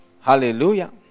hallelujah